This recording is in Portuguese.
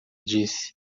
disse